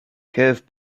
curve